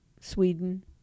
Sweden